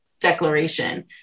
Declaration